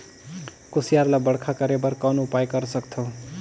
कुसियार ल बड़खा करे बर कौन उपाय कर सकथव?